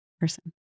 person